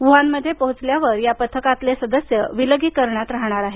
वूहानमध्ये पोहोचल्यावर या पथकातले सदस्य विलगीकरणात राहणार आहेत